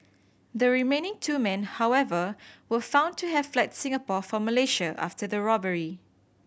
the remaining two men however were found to have fled Singapore for Malaysia after the robbery